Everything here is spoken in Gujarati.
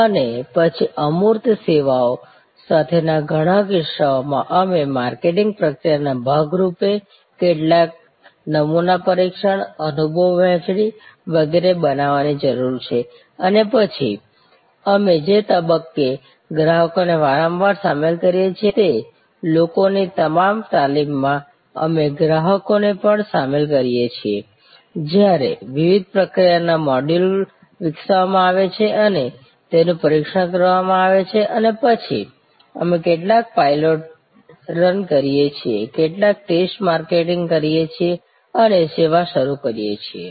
અને પછી અમૂર્ત સેવાઓ સાથેના ઘણા કિસ્સાઓમાં અમારે માર્કેટિંગ પ્રક્રિયાના ભાગ રૂપે કેટલાક નમૂના પરીક્ષણ અનુભવ વહેંચણી વગેરે બનાવવાની જરૂર છે અને પછી અમે જે તબક્કે ગ્રાહકોને વારંવાર સામેલ કરીએ છીએ તે લોકોની તમામ તાલીમ માં અમે ગ્રાહકોને પણ સામેલ કરીએ છીએ જ્યારે વિવિધ પ્રક્રિયાના મોડ્યુલ વિકસાવવામાં આવે છે અને તેનું પરીક્ષણ કરવામાં આવે છે અને પછી અમે કેટલાક પાયલોટ રન કરીએ છીએ કેટલાક ટેસ્ટ માર્કેટિંગ કરીએ છીએ અને સેવા શરૂ કરીએ છીએ